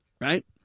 right